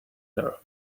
here